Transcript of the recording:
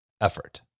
effort